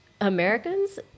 Americans